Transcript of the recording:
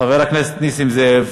חבר הכנסת נסים זאב.